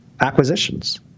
Acquisitions